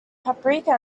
paprika